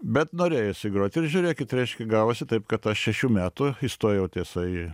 bet norėjosi grot ir žiūrėkit reiškia gavosi taip kad aš šešių metų įstojau tiesa į